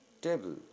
table